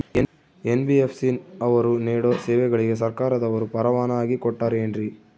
NBFC ಅವರು ನೇಡೋ ಸೇವೆಗಳಿಗೆ ಸರ್ಕಾರದವರು ಪರವಾನಗಿ ಕೊಟ್ಟಾರೇನ್ರಿ?